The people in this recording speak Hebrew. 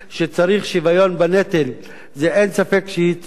שצריך שוויון בנטל אין ספק שהיא תביעה נכונה